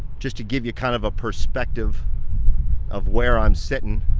just to give you kind of a perspective of where i'm sitting.